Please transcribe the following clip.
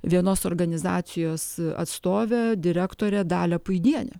vienos organizacijos atstovę direktorę dalią puidienę